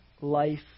life